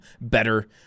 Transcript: better